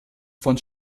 von